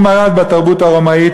הוא מרד בתרבות הרומאית,